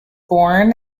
born